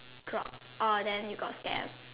drop orh then you got scam